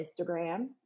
Instagram